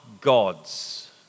gods